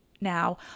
Now